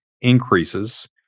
increases